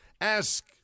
Ask